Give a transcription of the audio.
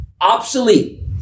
obsolete